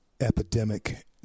epidemic